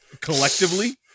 Collectively